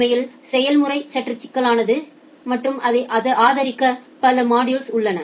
உண்மையில் செயல்முறை சற்று சிக்கலானது மற்றும் இதை ஆதரிக்க பல மாடூல்ஸ்கள் உள்ளன